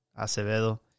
Acevedo